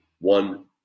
one